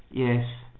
yes.